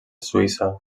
suïssa